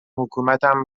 حکومتم